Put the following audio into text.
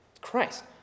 Christ